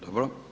Dobro.